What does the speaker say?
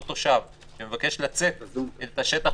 אותו תושב שמבקש לצאת את השטח,